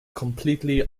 completely